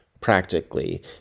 practically